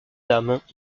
dames